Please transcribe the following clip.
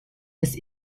des